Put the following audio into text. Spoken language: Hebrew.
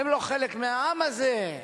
שהם לא חלק מהעם הזה.